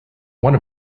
one